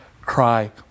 cry